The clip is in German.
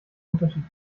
unterschied